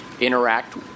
interact